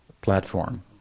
platform